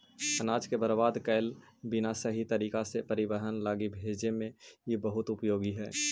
अनाज के बर्बाद कैले बिना सही तरीका से परिवहन लगी भेजे में इ बहुत उपयोगी हई